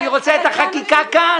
להפך, אני רוצה את החקיקה כאן.